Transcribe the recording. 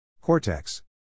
Cortex